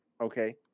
okay